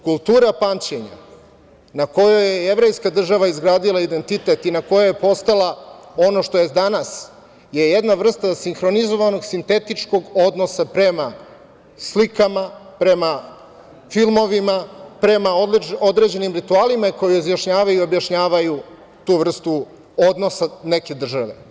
Kultura pamćenja na kojoj je jevrejska država izgradila identitet i na kojoj je postala ono što je danas, je jedna vrsta sinhronizovanog sintetičnog odnosa prema slikama, prema filmovima, prema određenim ritualima koji izjašnjavaju i objašnjavaju tu vrstu odnosa neke države.